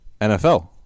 NFL